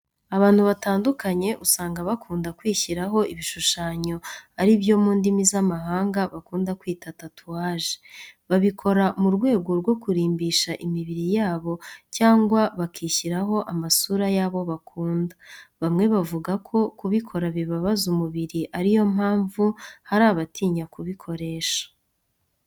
Abantu batandukanye usanga bakunda kwishyiraho ibishushanyo ari byo mu ndimi z'amahanga bakunda kwita tatuwaje. Babikora mu rwego rwo kurimbisha imibiri yabo cyangwa bakishyiraho amasura y'abo bakunda. Bamwe bavuga ko kubikora bibabaza umubiri ariyo mpamvu hari abatinya kubikoresha.